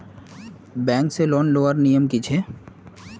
Bank से loan लुबार नियम की छे?